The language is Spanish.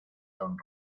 don